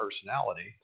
personality